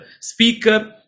speaker